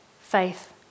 faith